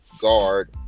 guard